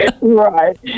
Right